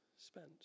spent